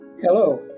Hello